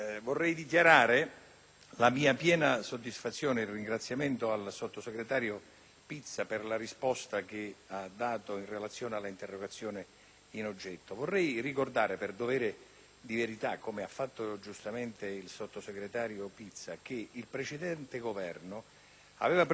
la mia piena soddisfazione ed il mio ringraziamento al sottosegretario Pizza per la risposta che ha fornito in relazione all'interrogazione in oggetto. Vorrei ricordare, per dovere di verità, come ha fatto giustamente il sottosegretario Pizza, che il precedente Governo aveva predisposto un taglio